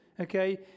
okay